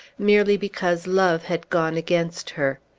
merely because love had gone against her.